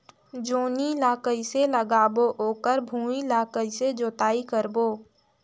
जोणी ला कइसे लगाबो ओकर भुईं ला कइसे जोताई करबो?